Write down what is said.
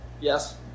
Yes